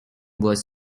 was